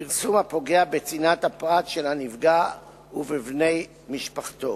פרסום הפוגע בצנעת הפרט של הנפגע ובבני משפחתו.